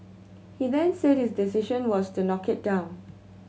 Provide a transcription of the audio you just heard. he then said his decision was to knock it down